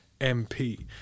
MP